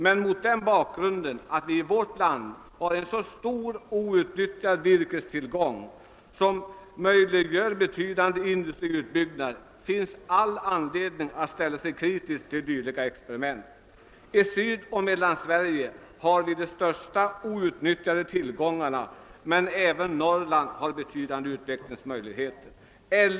Men mot bakgrund av att vi i vårt land har en så stor outnyttjad virkestillgång som möjliggör betydande industriutbyggnader finns all anledning att ställa sig kritisk till dylika experiment. I Sydoch Mellansverige finns de största outnyttjade tillgångarna, men även Norrland har betydande utvecklingsmöjligheter.